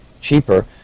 cheaper